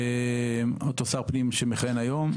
אותו שר פנים שמכהן היום,